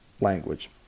language